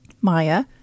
Maya